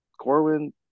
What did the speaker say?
Corwin